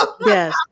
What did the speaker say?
Yes